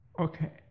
Okay